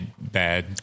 bad